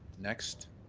next.